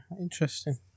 interesting